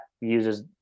uses